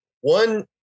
one